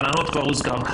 ועניין הגננות כבר הוזכר,